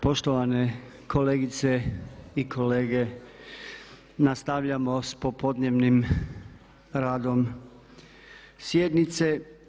Poštovane kolegice i kolege, nastavljamo sa popodnevnim radom sjednice.